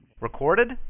Recorded